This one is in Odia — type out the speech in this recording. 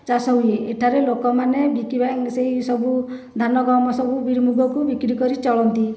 ଚାଷ ହୁଏ ଏଠାରେ ଲୋକମାନେ ବିକିବା ସେହି ସବୁ ଧାନ ଗହମ ସବୁ ବିରି ମୁଗକୁ ବିକ୍ରି କରି ଚଳନ୍ତି